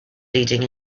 leading